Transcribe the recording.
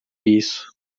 isso